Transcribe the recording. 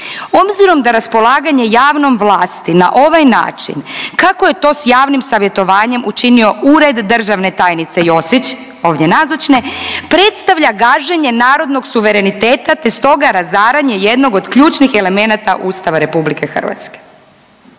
Obzirom da raspolaganje javnom vlasti na ovaj način kako je to sa javnim savjetovanjem učinio Ured državne tajnice Josić ovdje nazočne predstavlja gaženje narodnog suvereniteta, te stoga razaranje jednog od ključnih elemenata Ustava Republike Hrvatske.